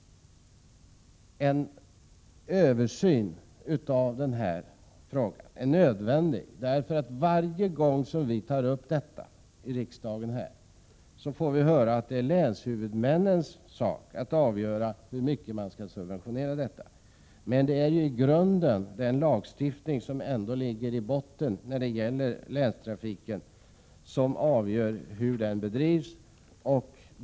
En översyn av den här frågan är nödvändig, för varje gång vi tar upp detta i riksdagen får vi höra att det är länshuvudmännens sak att avgöra hur mycket trafiken skall subventioneras. Det är ändå den lagstiftning om länstrafiken som ligger i botten som avgör hur trafiken bedrivs.